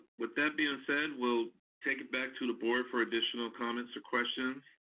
with that being said, we'll take it back to the board for additional comments or questions.